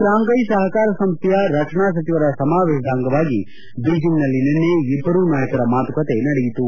ಶಾಂಘ್ನೆ ಸಹಕಾರ ಸಂಸ್ಥೆಯ ರಕ್ಷಣಾ ಸಚಿವರ ಸಮಾವೇಶದ ಅಂಗವಾಗಿ ಬೀಜೆಂಗ್ನಲ್ಲಿ ನಿನ್ನೆ ಇಬ್ಲರೂ ನಾಯಕರ ಮಾತುಕತೆ ನಡೆಯಿತು